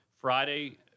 Friday